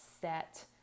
set